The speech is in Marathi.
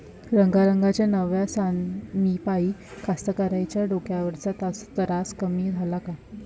रंगारंगाच्या नव्या साधनाइपाई कास्तकाराइच्या डोक्यावरचा तरास कमी झाला का?